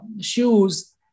shoes